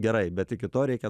gerai bet iki to reikia